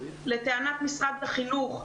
לטענת משרד החינוך,